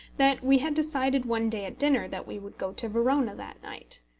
that we had decided one day at dinner that we would go to verona that night.